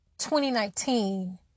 2019